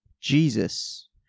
Jesus